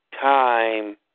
time